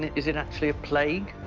is it actually a plague?